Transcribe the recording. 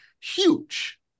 huge